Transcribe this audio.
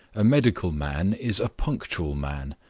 a medical man is a punctual man.